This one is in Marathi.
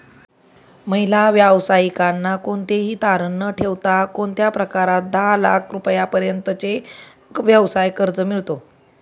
महिला व्यावसायिकांना कोणतेही तारण न ठेवता कोणत्या प्रकारात दहा लाख रुपयांपर्यंतचे व्यवसाय कर्ज मिळतो?